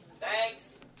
Thanks